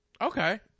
Okay